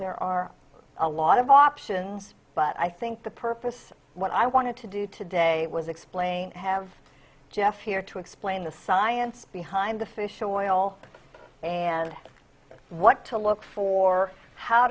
there are a lot of options but i think the purpose what i wanted to do today was explain have jeff here to explain the science behind the fish oil and what to look for how